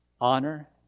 honor